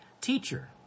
Teacher